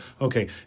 okay